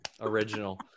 Original